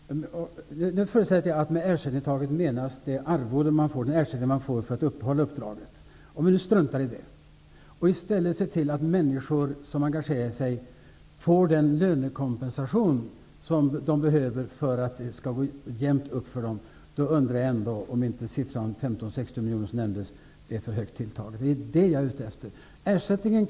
Fru talman! Jag förutsätter att med ersättningstaket menas det arvode man får för att inneha uppdraget. Om vi ser till att människor som engagerar sig får den lönekompensation som behövs för att det skall gå jämnt upp för dem, undrar jag om inte beloppet 15--16 miljoner är för högt tilltaget. Vi kan strunta i själva ersättningen.